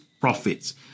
profits